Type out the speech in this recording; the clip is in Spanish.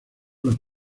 las